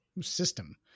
system